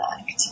Act